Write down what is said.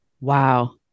Wow